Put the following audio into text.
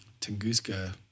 Tunguska